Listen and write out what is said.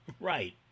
Right